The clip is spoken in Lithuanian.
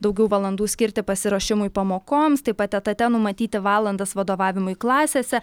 daugiau valandų skirti pasiruošimui pamokoms taip pat etate numatyti valandas vadovavimui klasėse